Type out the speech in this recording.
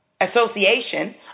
Association